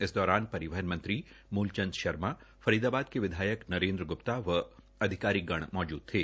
इस दौरान परिवहन मंत्री मूल चंद शर्मा फरीदाबाद के विधायक नरेन्द्र ग्प्ता व अधिकारीगण मौजूद थे